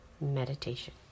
Meditation